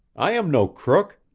i am no crook.